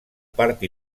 part